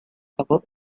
above